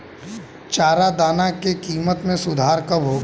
चारा दाना के किमत में सुधार कब होखे?